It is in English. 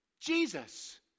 Jesus